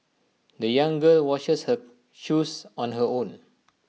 the young girl washes her shoes on her own